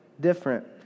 different